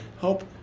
help